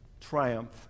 triumph